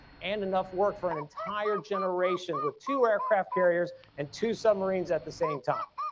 and enough work for an entire generation with two aircraft carriers and two submarines at the same time.